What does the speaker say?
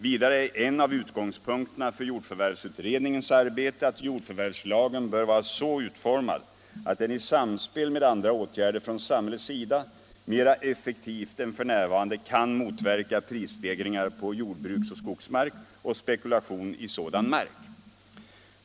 Vidare är en av utgångspunkterna för jordförvärvsutredningens arbete att jordförvärvslagen bör vara så utformad att den i samspel med andra åtgärder från samhällets sida mera effektivt än f.n. kan motverka prisstegringar på jordbruksoch skogsmark och spekulation i sådan mark.